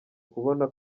kubona